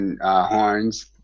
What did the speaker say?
horns